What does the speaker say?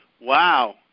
Wow